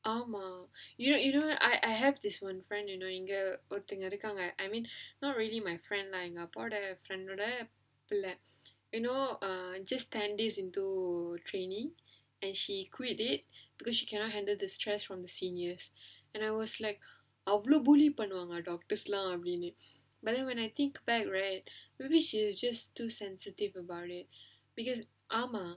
ஆமா:aamaa you know you knowi I have this one friend இங்க ஒருத்தங்க இருக்காங்க:inga oruthanga irukkaanga I mean not really my friend lah எங்க அப்பாவோட:enga appavoda friend ஓட:oda you know just ten day into trainee and she quit it because she cannot handle the stress from the seniors and I was like அவ்ளோ:avlo bully பண்ணுவாங்கலாம்:pannuvaangalaam doctors லாம்:laam but then when I think back right maybe she is just too sensitive about it because ஆமா:aamaa